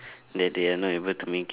that they are not able to make it